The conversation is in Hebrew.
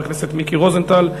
חבר הכנסת מיקי רוזנטל,